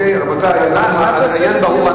רבותי, העניין ברור.